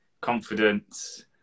confidence